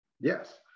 Yes